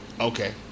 Okay